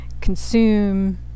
consume